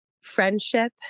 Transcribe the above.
friendship